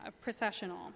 processional